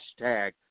hashtag